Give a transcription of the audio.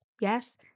Yes